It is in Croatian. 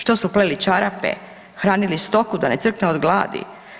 Što su pleli čarape, hranili stoku da ne crkne od gladi?